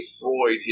Freud